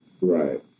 Right